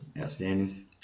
outstanding